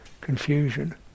confusion